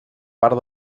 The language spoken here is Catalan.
part